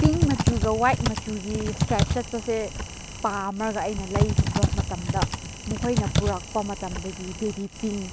pink ꯃꯆꯨꯒ white ꯃꯆꯨꯒꯤ stripe ꯆꯠꯄꯁꯦ ꯄꯥꯝꯃꯒ ꯑꯩꯅ ꯂꯩꯈꯤꯕ ꯃꯇꯝꯗ ꯃꯈꯣꯏꯅ ꯄꯨꯔꯛꯄ ꯃꯇꯝꯗꯗꯤ ꯕꯦꯕꯤ ꯄꯤꯡꯛ